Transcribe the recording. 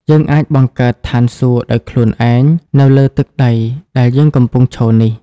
យើងអាចបង្កើត "ឋានសួគ៌" ដោយខ្លួនឯង នៅលើទឹកដីដែលយើងកំពុងឈរនេះ។